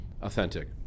authentic